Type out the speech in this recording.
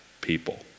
people